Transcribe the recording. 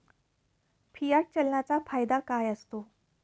Fiat चलनाचा फायदा काय असतो?